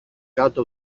κάτω